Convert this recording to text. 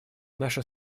наша